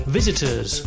Visitors